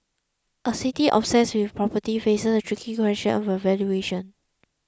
a city obsessed with property faces a tricky question about valuation